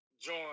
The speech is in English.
join